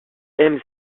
aiment